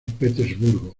petersburgo